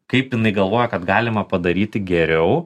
kaip jinai galvoja kad galima padaryti geriau